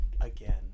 Again